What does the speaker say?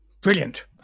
Brilliant